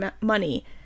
money